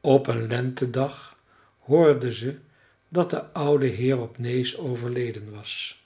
op een lentedag hoorde ze dat de oude heer op nääs overleden was